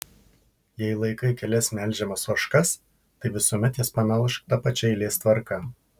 jei laikai kelias melžiamas ožkas tai visuomet jas pamelžk ta pačia eilės tvarka